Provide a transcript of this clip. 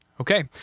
Okay